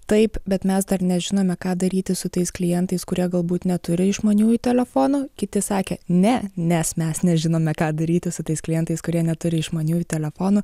taip bet mes dar nežinome ką daryti su tais klientais kurie galbūt neturi išmaniųjų telefonų kiti sakė ne nes mes nežinome ką daryti su tais klientais kurie neturi išmaniųjų telefonų